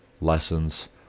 lessons